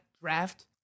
draft